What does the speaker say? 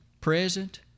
present